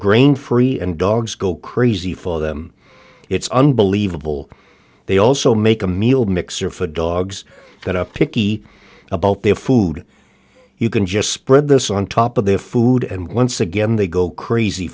grain free and dogs go crazy for them it's unbelievable they also make a meal mixer for dogs that up picky about their food you can just spread this on top of their food and once again they go crazy